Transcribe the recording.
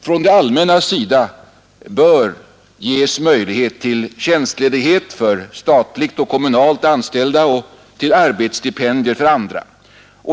Från det allmännas sida bör ges möjlighet till tjänstledighet för statligt och kommunalt anställda och till arbetsstipendier för andra.